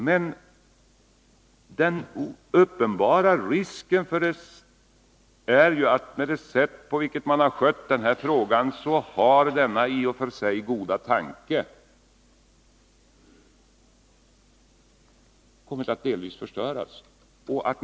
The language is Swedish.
Med hänsyn till det sätt på vilket frågan skötts föreligger en uppenbar risk för att denna i och för sig goda tanke i viss mån omintetgörs.